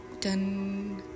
done